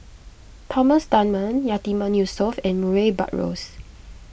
Thomas Dunman Yatiman Yusof and Murray Buttrose